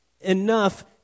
enough